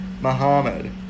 Muhammad